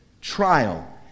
trial